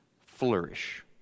flourish